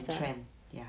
in trend ya